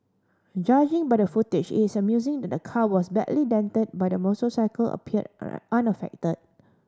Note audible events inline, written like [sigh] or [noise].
judging by the footage it is amusing that the car was badly dented but the motorcycle appeared [unintelligible] unaffected